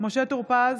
משה טור פז,